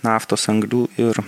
naftos anglių ir